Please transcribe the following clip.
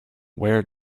where